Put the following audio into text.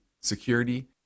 security